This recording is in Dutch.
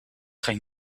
ging